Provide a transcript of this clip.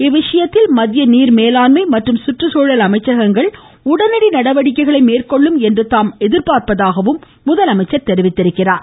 இவ்விவகாரத்தில் மத்திய நீர் மேலாண்மை மற்றும் குற்றுச்சூழல் அமைச்சகங்கள் உடனடி நடவடிக்கைகளை மேற்கொள்ளும் என்று தாம் எதிர்பார்ப்பதாகவும் முதலமைச்சர் தெரிவித்துள்ளார்